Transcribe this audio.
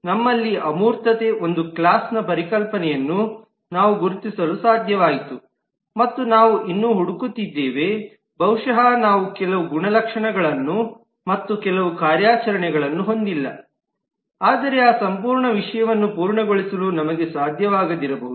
ನಮ್ಮಲ್ಲಿ ಅಮೂರ್ತತೆ ಒಂದು ಕ್ಲಾಸ್ನ ಪರಿಕಲ್ಪನೆಯನ್ನು ನಾವು ಗುರುತಿಸಲು ಸಾಧ್ಯವಾಯಿತು ಮತ್ತು ನಾವು ಇನ್ನೂ ಹುಡುಕುತ್ತಿದ್ದೇವೆ ಬಹುಶಃ ನಾವು ಕೆಲವು ಗುಣಲಕ್ಷಣಗಳನ್ನು ಮತ್ತು ಕೆಲವು ಕಾರ್ಯಾಚರಣೆಗಳನ್ನು ಹೊಂದಿಲ್ಲ ಆದರೆ ಆ ಸಂಪೂರ್ಣ ವಿಷಯವನ್ನು ಪೂರ್ಣಗೊಳಿಸಲು ನಮಗೆ ಸಾಧ್ಯವಾಗದಿರಬಹುದು